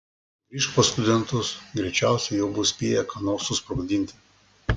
grįžk pas studentus greičiausiai jau bus spėję ką nors susprogdinti